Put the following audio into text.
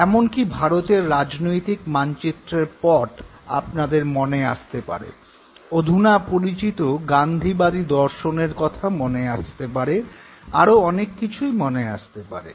এমনকি ভারতের রাজনৈতিক মানচিত্রের পট আপনাদের মনে আসতে পারে অধুনা পরিচিত গান্ধীবাদী দর্শনের কথা মনে পড়তে পারে আরো অনেককিছুই মনে আসতে পারে